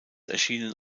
erschienen